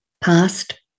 past